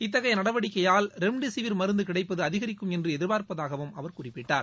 இத்தகைய நடவடிக்கையால் ரெம்டெசிவிர் மருந்து கிடைப்பது அதிகிக்கும் என்று எதிர்பார்ப்பதாகவும் அவர் குறிப்பிட்டார்